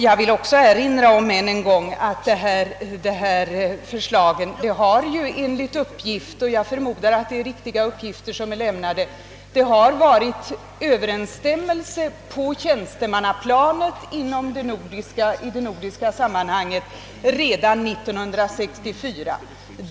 Jag vill ännu en gång erinra om att Ööverensstämmelse rådde på tjänstemannaplanet i det nordiska sammanhanget redan 1964, ty jag förmodar att de uppgifter som lämnats därom är riktiga.